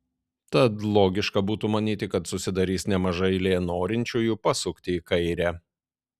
tad logiška būtų manyti kad susidarys nemaža eilė norinčiųjų pasukti į kairę